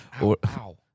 Wow